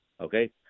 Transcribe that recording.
Okay